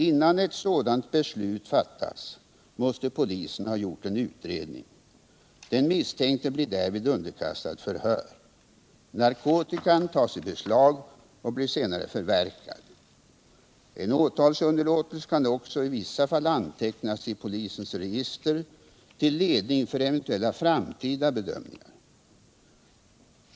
Innan ett sådant beslut fattas, måste polisen ha gjort en utredning. Den misstänkte blir därvid underkastad förhör. Narkotikan tas i beslag och blir senare förverkad. En åtalsunderlåtelse kan också i vissa fall antecknas i polisens register till ledning för eventuella framtida bedömningar.